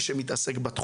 שמתעסקים בתחום,